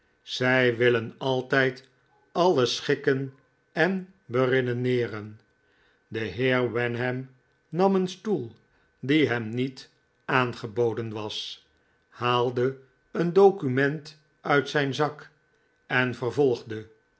zij willen altijd alles schikken en beredeneeren de heer wenham nam een stoel die hem niet aangeboden was haalde een document uit zijn zak en vervolgde